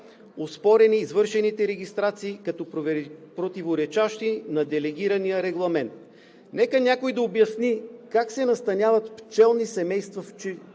оспорени извършените регистрации като противоречащи на Делегирания регламент. Нека някой да обясни как се настаняват пчелни семейства в пчелини